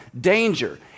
danger